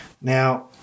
Now